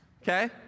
Okay